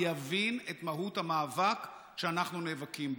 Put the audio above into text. יבין את מהות המאבק שאנחנו נאבקים בו.